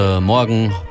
morgen